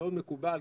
מאוד מקובל,